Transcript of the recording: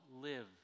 live